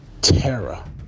Terror